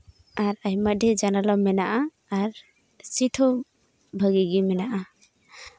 ᱟᱨ ᱟᱭᱢᱟ ᱰᱷᱮᱨ ᱡᱟᱱᱟᱞᱟ ᱢᱮᱱᱟᱜᱼᱟ ᱟᱨ ᱥᱤᱴ ᱦᱚᱸ ᱵᱷᱟᱹᱜᱤ ᱜᱮ ᱢᱮᱱᱟᱜᱼᱟ